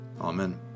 Amen